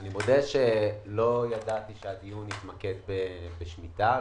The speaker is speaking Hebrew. אני מודה שלא ידעתי שהדיון יתמקד בשמיטה.